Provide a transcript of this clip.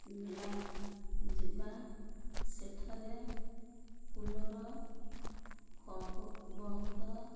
ଲା ଯିବା ସେଠାରେ କୁଲର କହୁ ବହୁତ